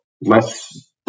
less